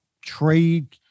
trade